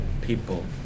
people